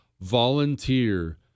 volunteer